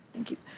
thank you.